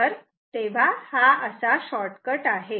तर हा असा शॉर्टकट आहे